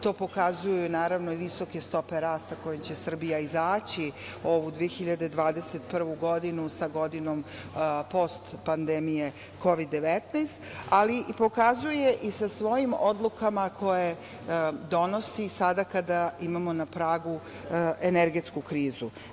To pokazuju i visoke stope rasta sa kojima će Srbija izaći ovu 2021. godinu sa godinom postpandemije Kovid 19, ali pokazuje i sa svojim odlukama koje donosi sada kada imamo na pragu energetsku krizu.